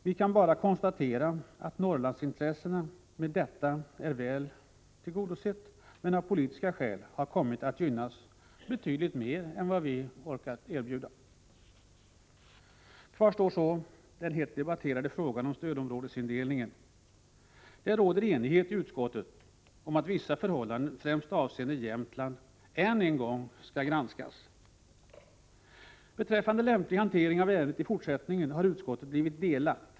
Vi kan bara konstatera att Norrlandsintressena med detta är väl tillgodosedda, men av politiska skäl har Norrland kommit att gynnas betydligt mer än vad vi orkat erbjuda. Kvar står den så hett debatterade frågan om stödområdesindelning. Det råder enighet i utskottet om att vissa förhållanden, främst avseende Jämtland, än en gång skall granskas. Beträffande lämplig hantering av ärendet i fortsättningen har utskottet blivit delat.